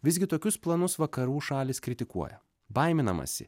visgi tokius planus vakarų šalys kritikuoja baiminamasi